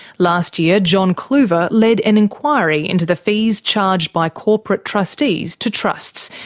last year john kluver led an inquiry into the fees charged by corporate trustees to trusts,